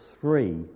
three